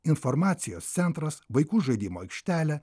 informacijos centras vaikų žaidimų aikštele